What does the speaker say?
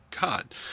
God